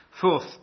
Fourth